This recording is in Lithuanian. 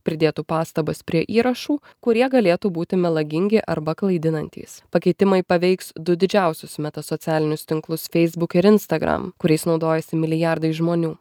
pridėtų pastabas prie įrašų kurie galėtų būti melagingi arba klaidinantys pakeitimai paveiks du didžiausius meta socialinius tinklus facebook ir instagram kuriais naudojasi milijardai žmonių